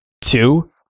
Two